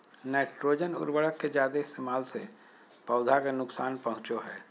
nitrogen उर्वरक के जादे इस्तेमाल से पौधा के नुकसान पहुंचो हय